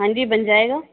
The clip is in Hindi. हाँ जी बन जाएगा